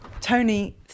Tony